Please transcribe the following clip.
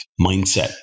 mindset